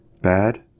Bad